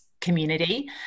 community